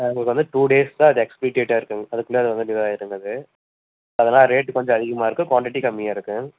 அது வந்து two days தான் அது எக்ஸ்பைரி டேட்டாக இருக்குங்க அதுக்குள்ளே அதை வந்துட்டு இதாக ஆயிடுங்க அது அதெல்லாம் ரேட்டு கொஞ்சம் அதிகமாக இருக்கும் குவான்டிட்டி கம்மியாக இருக்கும்